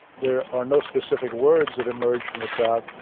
there are no specific words that emerge from the crowd.